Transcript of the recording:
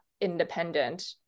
independent